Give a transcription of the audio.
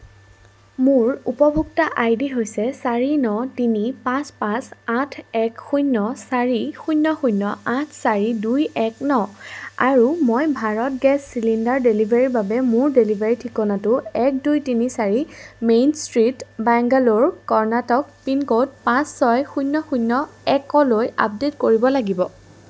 মোৰ উপভোক্তা I D হৈছে চাৰি ন তিনি পাঁচ পাঁচ আঠ এক শূন্য চাৰি শূন্য শূন্য আঠ চাৰি দুই এক ন আৰু মই ভাৰত গেছ চিলিণ্ডাৰ ডেলিভাৰীৰ বাবে মোৰ ডেলিভাৰী ঠিকনাটো এক দুই তিনি চাৰি main street Bangalore Karnataka pincode পাঁচ ছয় শূণ্য শূণ্য একলৈ আপডে'ট কৰিব লাগিব